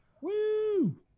Woo